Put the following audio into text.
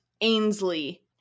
Ainsley